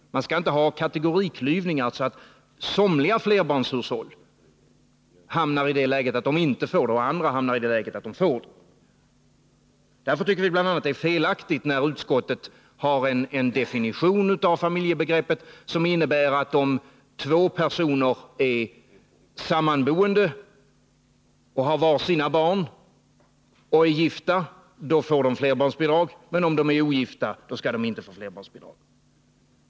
Det skallinte vara någon kategoriklyvning så att somliga flerbarnshushåll hamnar i det läget att de inte får bidraget, medan andra får det. Därför tycker vi bl.a. att det är felaktigt när utskottet har en definition av familjebegreppet som innebär att om två personer är sammanboende, har var sina barn och är gifta får de flerbarnsbidrag, men om de är ogifta får de det inte.